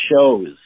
shows